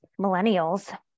millennials